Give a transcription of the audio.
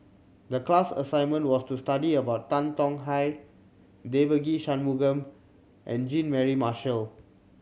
the class assignment was to study about Tan Tong Hye Devagi Sanmugam and Jean Mary Marshall